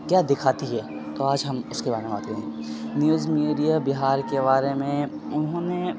کیا دکھاتی ہے تو آج ہم اس کے بارے میں بات کریں گے نیوز میڈیا بہار کے بارے میں انہوں نے